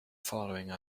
following